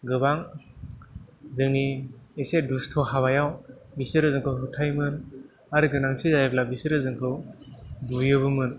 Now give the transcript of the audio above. गोबां जोंनि एसे दुस्थ' हाबायाव बिसोरो जोंखौ होबथायोमोन आरो गोनांथि जायोब्ला बिसोरो जोंखौ बुयोबोमोन